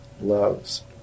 loves